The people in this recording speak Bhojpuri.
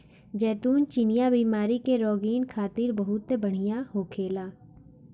जैतून चिनिया बीमारी के रोगीन खातिर बहुते बढ़िया होखेला